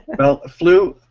well flu,